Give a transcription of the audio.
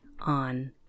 on